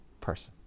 person